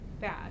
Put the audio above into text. bad